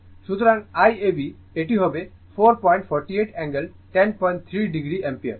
সুতরাং Iab এটি হবে 448 অ্যাঙ্গেল 103o অ্যাম্পিয়ার